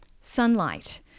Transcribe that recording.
Sunlight